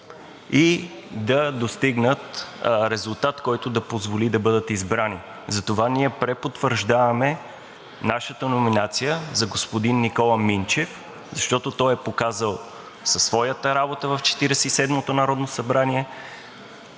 и да достигнат резултат, който да позволи да бъдат избрани. Затова ние препотвърждаваме нашата номинация за господин Никола Минчев, защото той е показал със своята работа в Четиридесет